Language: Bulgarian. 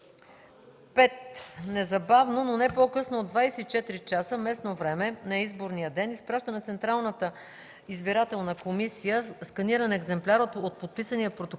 5. незабавно, но не по-късно от 24,00 часа местно време на изборния ден, изпраща на Централната избирателна комисия сканиран екземпляр от подписания протокол